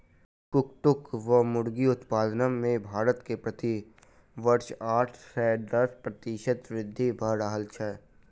कुक्कुट वा मुर्गी उत्पादन मे भारत मे प्रति वर्ष आठ सॅ दस प्रतिशत वृद्धि भ रहल छै